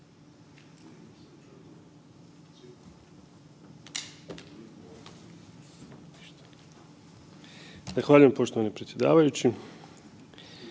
Zahvaljujem poštovani predsjedavajući,